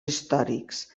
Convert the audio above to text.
històrics